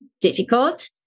difficult